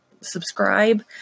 subscribe